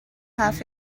have